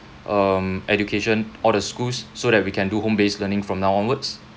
um education or the schools so that we can do home based learning from now onwards